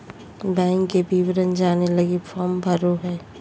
bank के विवरण जाने लगी फॉर्म भरे पड़ो हइ